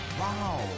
Wow